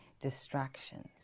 distractions